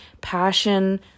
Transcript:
passion